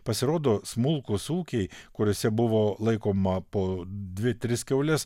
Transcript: pasirodo smulkūs ūkiai kuriuose buvo laikoma po dvi tris kiaules